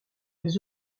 elles